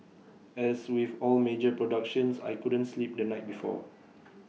as with all major productions I couldn't sleep the night before